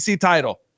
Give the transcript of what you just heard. title